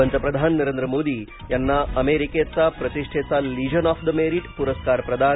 पंतप्रधान नरेंद्र मोदी यांना अमेरिकेचा प्रतिष्ठेचा लिजन ऑफ द मेरीट पुरस्कार प्रदान